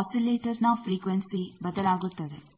ಆಸಿಲೇಟರ್ನ frequency ಬದಲಾಗುತ್ತದೆ